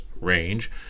range